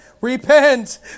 repent